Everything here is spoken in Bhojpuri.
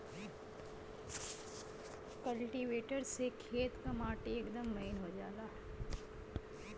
कल्टीवेटर से खेत क माटी एकदम महीन हो जाला